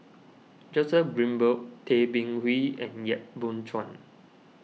Joseph Grimberg Tay Bin Wee and Yap Boon Chuan